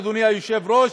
אדוני היושב-ראש,